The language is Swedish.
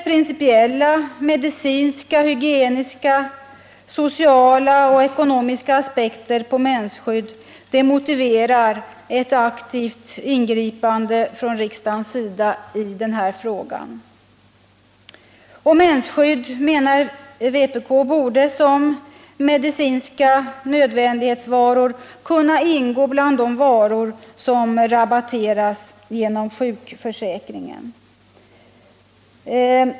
Principiella, medicinska, hygieniska, sociala och ekonomiska aspekter på mensskydd motiverar ett aktivt ingripande från riksdagen i denna fråga. Mensskydd borde enligt vpk:s mening såsom medicinska nödvändighetsvaror ingå bland de varor som rabatteras genom sjukförsäkringen.